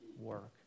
work